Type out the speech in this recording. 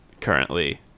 currently